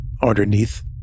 underneath